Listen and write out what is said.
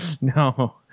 no